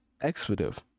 expletive